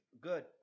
good